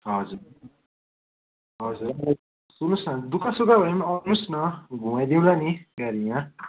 हजुर हजुर यही सुन्नु होस् न दुःख सुख भए आउनु होस् न घुमाइदिउँला नि गाडीमा